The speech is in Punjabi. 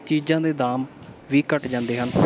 ਚੀਜ਼ਾਂ ਦੇ ਦਾਮ ਵੀ ਘੱਟ ਜਾਂਦੇ ਹਨ